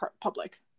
public